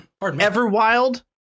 Everwild